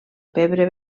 pebre